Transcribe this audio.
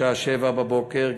בשעה 07:00,